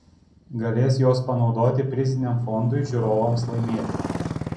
galės juos panaudoti priziniam fondui žiūrovams laimėti